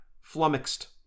flummoxed